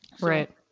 right